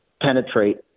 penetrate